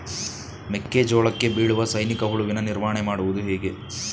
ಮೆಕ್ಕೆ ಜೋಳಕ್ಕೆ ಬೀಳುವ ಸೈನಿಕ ಹುಳುವಿನ ನಿರ್ವಹಣೆ ಮಾಡುವುದು ಹೇಗೆ?